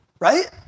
Right